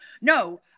No